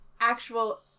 actual